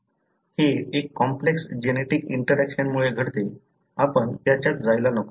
हे एक complex genetic interaction मुळे घडते आपण त्याच्यात जायला नको